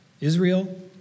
Israel